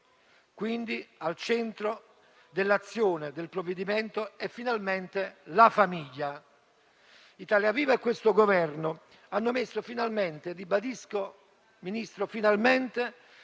Al centro dell'azione del provvedimento, quindi, vi è finalmente la famiglia. Italia viva e questo Governo hanno messo finalmente - ribadisco, Ministro, finalmente